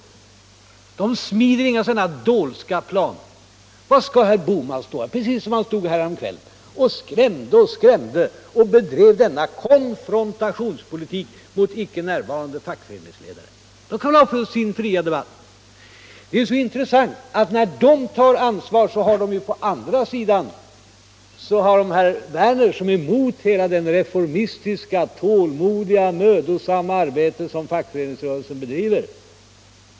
Man smider inga dolska planer. Herr Bohman gör här precis som han gjorde häromkvällen, då han stod här och skrämde och bedrev denna konfrontationspolitik mot icke närvarande fackföreningsledare. Låt dem ha sin fria debatt! Det intressanta är att när de tar sitt ansvar har de på andra sidan herr Werner som är emot hela det reformistiska, tålmodiga och mödosamma arbete som fackföreningsrörelsen bedriver.